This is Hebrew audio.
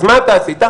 אז מה אתה עשית?